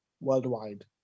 worldwide